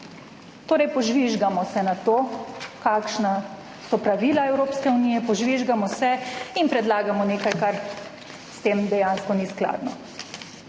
torej požvižgamo se na to, kakšna so pravila Evropske unije, požvižgamo se in predlagamo nekaj, kar s tem dejansko ni skladno.